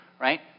Right